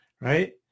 right